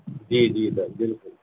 جی جی سر بالکل